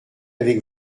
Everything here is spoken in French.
avec